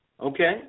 Okay